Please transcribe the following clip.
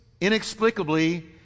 inexplicably